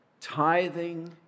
tithing